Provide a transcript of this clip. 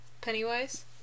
Pennywise